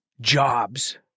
jobs